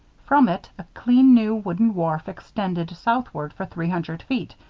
from it, a clean new wooden wharf extended southward for three hundred feet,